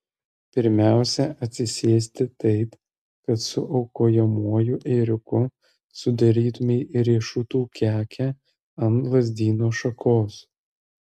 pirmiausia atsisėsti taip kad su aukojamuoju ėriuku sudarytumei riešutų kekę ant lazdyno šakos